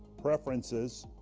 preferences,